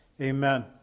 Amen